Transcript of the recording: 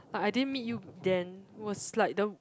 I I didn't meet you then was like the